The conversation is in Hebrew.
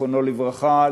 זיכרונו לברכה,